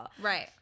Right